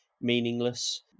meaningless